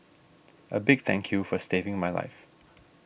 a big thank you for saving my life